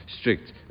strict